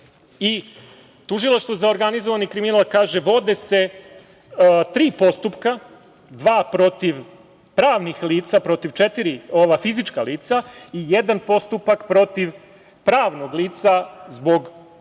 i Tužilaštvo za organizovani kriminal kaže da se vode tri postupka, dva protiv pravnih lica, protiv četiri fizička lica i jedan postupak protiv pravnog lica zbog sumnje